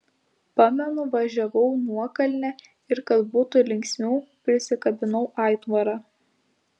pamenu važiavau nuokalne ir kad būtų linksmiau prisikabinau aitvarą